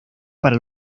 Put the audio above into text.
para